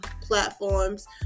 platforms